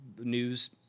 news